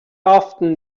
often